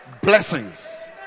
blessings